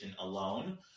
alone